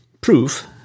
proof